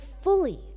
fully